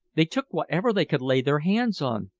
they took whatever they could lay their hands on,